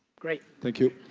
great. thank you.